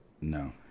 No